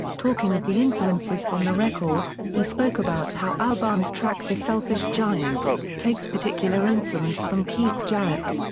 talking of the influences on the record, he spoke about how albarn's track the selfish giant, takes particular influence from keith jarrett.